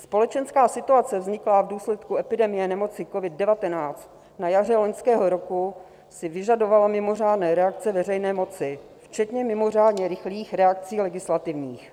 Společenská situace vzniklá v důsledku epidemie nemoci covid19 na jaře loňského roku si vyžadovala mimořádné reakce veřejné moci včetně mimořádně rychlých reakcí legislativních.